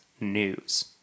news